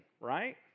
right